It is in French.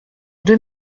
deux